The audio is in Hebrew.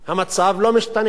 המצב לא משתנה.